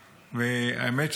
והאמת,